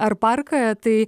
ar parką tai